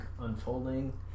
unfolding